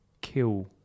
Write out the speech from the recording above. kill